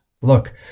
Look